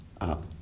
up